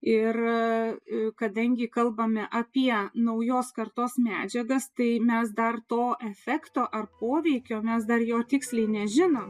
ir kadangi kalbame apie naujos kartos medžiagas tai mes dar to efekto ar poveikio mes dar jo tiksliai nežino